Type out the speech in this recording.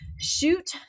shoot